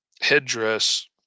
headdress